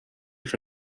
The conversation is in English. for